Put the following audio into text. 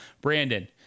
Brandon